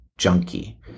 junkie